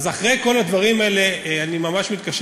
אז אחרי כל הדברים האלה אני ממש מתקשה